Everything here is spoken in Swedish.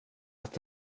att